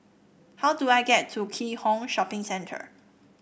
how do I get to Keat Hong Shopping Centre